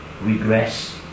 regress